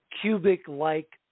cubic-like